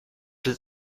litt